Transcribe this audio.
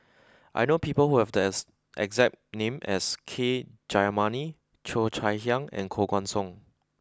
I know people who have there's exact name as K Jayamani Cheo Chai Hiang and Koh Guan Song